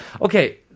Okay